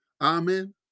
Amen